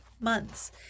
months